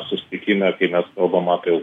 susitikime kai mes kalbam apie